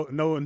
no